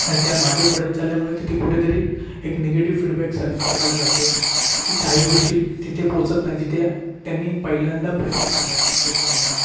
आणि त्या मागे पडत चालल्यामुळे तिथे कुठे तरी एक निगेटिव फीडबॅक सरकारला जात आहे की काही गोष्टी तिथे पोचत नाही जिथे त्यांनी पहिल्यांदा प्रयत्न केला होता पोचवण्याचा